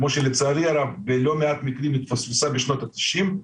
כמו שלצערי הרב בלא מעט מקרים היא התפספסה בשנות התשעים,